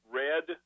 red